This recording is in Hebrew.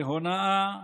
בהונאה,